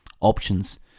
Options